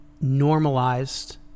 normalized